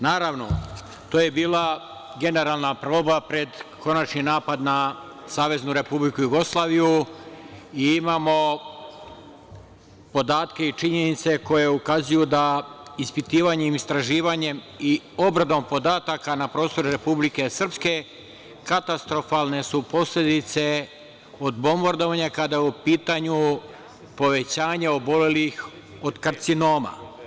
Naravno, to je bila generalna proba pred konačni napad na Saveznu Republiku Jugoslaviju i imamo podatke i činjenice koje ukazuju da ispitivanjem i istraživanjem i obradom podataka na prostore Republike Srpske, katastrofalne su posledice od bombardovanja kada je u pitanju povećanje obolelih od karcinoma.